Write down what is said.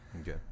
Okay